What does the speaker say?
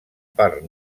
part